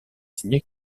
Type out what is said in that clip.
signée